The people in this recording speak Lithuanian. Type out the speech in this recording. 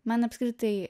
man apskritai